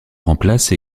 remplace